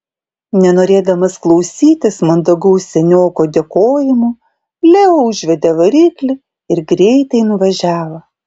nenorėdamas klausytis mandagaus senioko dėkojimų leo užvedė variklį ir greitai nuvažiavo